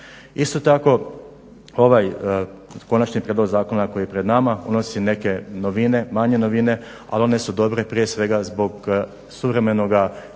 Isto tako ovaj konačni prijedlog zakona koji je pred nama unosi neke novine, manje novine, ali one su dobre prije svega zbog suvremenoga i načina